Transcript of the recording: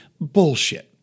bullshit